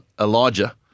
Elijah